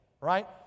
right